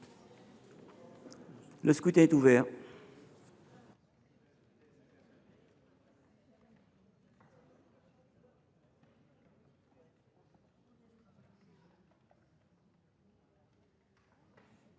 Le scrutin est ouvert.